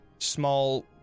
small